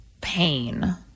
pain